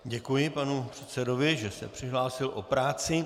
Děkuji panu předsedovi, že se přihlásil o práci.